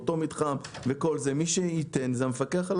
באותו מתחם ייתן המפקח על